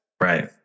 Right